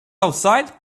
outside